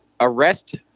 arrest